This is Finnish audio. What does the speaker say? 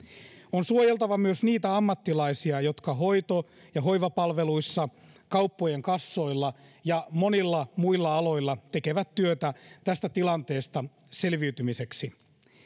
on suojeltava myös niitä ammattilaisia jotka hoito ja hoivapalveluissa kauppojen kassoilla ja monilla muilla aloilla tekevät työtä tästä tilanteesta selviytymiseksi